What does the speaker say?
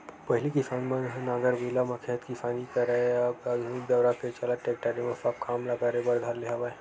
पहिली किसान मन ह नांगर बइला म खेत किसानी करय अब आधुनिक दौरा के चलत टेक्टरे म सब काम ल करे बर धर ले हवय